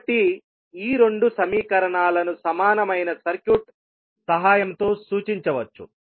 కాబట్టి ఈ రెండు సమీకరణాలను సమానమైన సర్క్యూట్ సహాయంతో సూచించవచ్చు